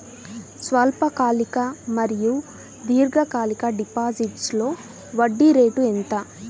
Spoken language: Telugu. స్వల్పకాలిక మరియు దీర్ఘకాలిక డిపోజిట్స్లో వడ్డీ రేటు ఎంత?